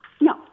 No